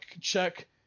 check